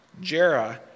Jera